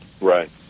Right